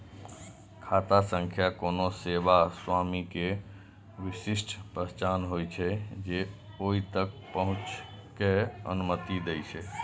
खाता संख्या कोनो सेवा स्वामी के विशिष्ट पहचान होइ छै, जे ओइ तक पहुंचै के अनुमति दै छै